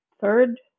third